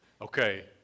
Okay